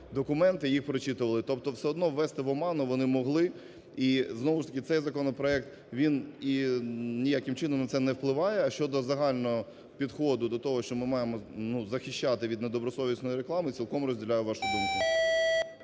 документи, їх прочитували. Тобто все одно ввести в оману вони могли, і знову ж таки цей законопроект він і ніяким чином на це не впливає. А щодо загального підходу до того, що ми маємо захищати від недобросовісної реклами, цілком розділяю вашу думку.